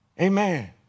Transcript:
amen